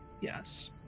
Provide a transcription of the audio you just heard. Yes